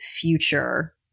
future